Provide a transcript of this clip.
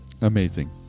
amazing